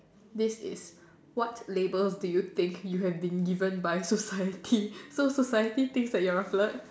this is what label do you think you have been given by society so society thinks that you are a flirt